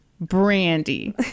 Brandy